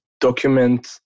document